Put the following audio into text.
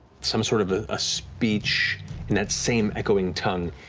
some sort of a speech in that same echoing tongue,